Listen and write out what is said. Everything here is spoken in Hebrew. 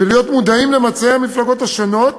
ולהיות מודעים למצעי המפלגות השונות